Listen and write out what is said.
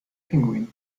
pinguin